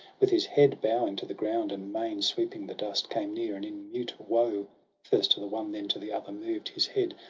with his head bowing to the ground and mane sweeping the dust, came near, and in mute woe first to the one then to the other moved his head,